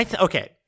Okay